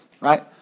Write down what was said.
right